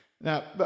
Now